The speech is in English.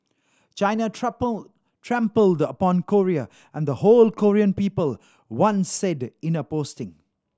China trampled upon Korea and the whole Korean people one said in a posting